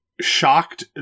shocked